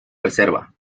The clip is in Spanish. reserva